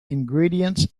ingredients